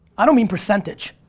i don't mean percentage.